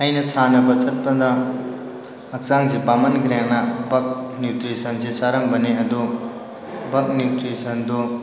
ꯑꯩꯅ ꯁꯥꯟꯅꯕ ꯆꯠꯄꯗ ꯍꯛꯆꯥꯡꯁꯤ ꯄꯥꯃꯟꯈ꯭ꯔꯦꯅ ꯕꯛ ꯅ꯭ꯌꯨꯇ꯭ꯔꯤꯁꯟꯁꯤ ꯆꯥꯔꯝꯕꯅꯤ ꯑꯗꯣ ꯕꯛ ꯅ꯭ꯌꯨꯇ꯭ꯔꯤꯁꯟꯗꯣ